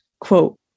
quote